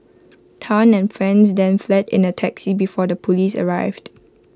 Tan and friends then fled in A taxi before the Police arrived